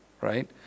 right